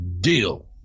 deal